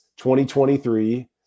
2023